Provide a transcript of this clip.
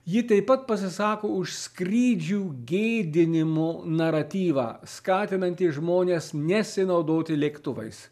ji taip pat pasisako už skrydžių gėdinimo naratyvą skatinantį žmones nesinaudoti lėktuvais